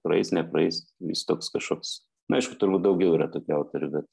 praeis nepraeis jis toks kažkoks aišku turbūt daugiau yra tokių autorių bet